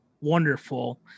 wonderful